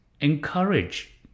encourage